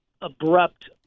abrupt